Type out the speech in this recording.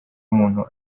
umuntu